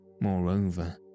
moreover